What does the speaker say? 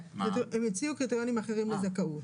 הם הציעו קריטריונים אחרים לזכאות.